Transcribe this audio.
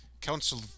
council